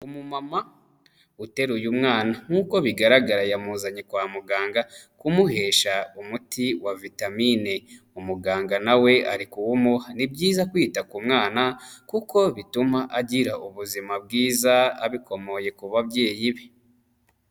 Umumama uteruye umwana, nk'uko bigaragara, yamuzanye kwa muganga kumuhaesha umuti wa vitamini. Umuganga na we arimo kuwumuha. Ni byiza kwita ku mwana, kuko bituma agira ubuzima bwiza, abikomoye ku babyeyi be.